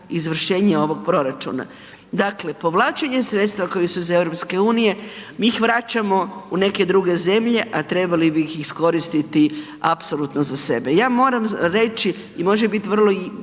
izvršenja ovog proračuna. Dakle, povlačenje sredstava koja su iz EU mi ih vraćamo u neke druge zemlje, a trebali bi ih iskoristiti apsolutno za sebe. Ja moram reći i može biti vrlo